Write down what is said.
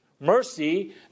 Mercy